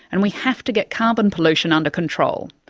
and we have to get carbon pollution under control.